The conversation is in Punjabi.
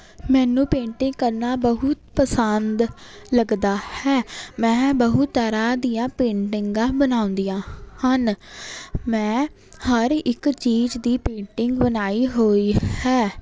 ਮੈਨੂੰ ਪੇਂਟਿੰਗ ਕਰਨਾ ਬਹੁਤ ਪਸੰਦ ਲੱਗਦਾ ਹੈ ਮੈਂ ਬਹੁਤ ਤਰ੍ਹਾਂ ਦੀਆਂ ਪੇਂਟਿੰਗਾਂ ਬਣਾਉਂਦੀਆਂ ਹਨ ਮੈਂ ਹਰ ਇੱਕ ਚੀਜ਼ ਦੀ ਪੇਂਟਿੰਗ ਬਣਾਈ ਹੋਈ ਹੈ